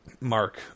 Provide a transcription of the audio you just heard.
Mark